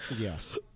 Yes